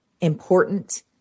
important